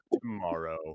tomorrow